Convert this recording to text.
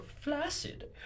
flaccid